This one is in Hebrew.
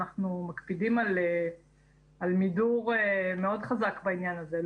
אנחנו מקפידים על מידור מאוד חזק בעניין הזה.